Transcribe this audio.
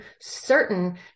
certain